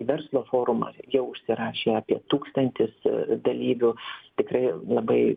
verslo forumas jau užsirašė apie tūkstantis dalyvių tikrai labai